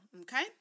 Okay